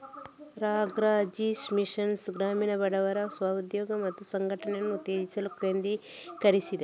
ರಾ.ಗ್ರಾ.ಜೀ mission ಗ್ರಾಮೀಣ ಬಡವರ ಸ್ವ ಉದ್ಯೋಗ ಮತ್ತು ಸಂಘಟನೆಯನ್ನು ಉತ್ತೇಜಿಸಲು ಕೇಂದ್ರೀಕರಿಸಿದೆ